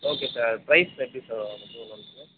okay sir price எப்படி sir